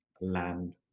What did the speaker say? land